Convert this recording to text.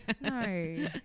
no